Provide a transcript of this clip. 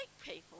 people